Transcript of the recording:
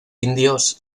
indios